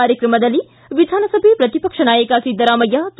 ಕಾರ್ಯಕ್ರಮದಲ್ಲಿ ವಿಧಾನಸಭೆ ಪ್ರತಿಪಕ್ಷ ನಾಯಕ ಸಿದ್ದರಾಮಯ್ಯ ಕೆ